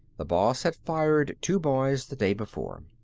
the boss had fired two boys the day before.